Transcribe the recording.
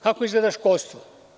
Kako izgleda školstvo?